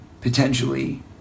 potentially